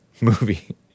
movie